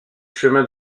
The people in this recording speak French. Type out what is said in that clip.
chemins